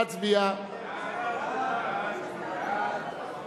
ההחלטה בדבר תיקון טעות בחוק המרכז למורשת יהדות אתיופיה,